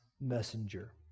messenger